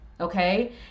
Okay